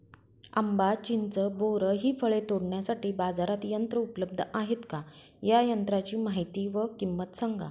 आंबा, चिंच, बोर हि फळे तोडण्यासाठी बाजारात यंत्र उपलब्ध आहेत का? या यंत्रांची माहिती व किंमत सांगा?